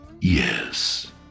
yes